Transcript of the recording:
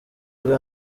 bwa